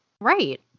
Right